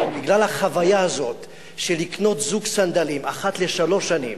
בגלל החוויה הזאת של לקנות זוג סנדלים אחת לשלוש שנים,